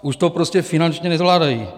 Už to prostě finančně nezvládají.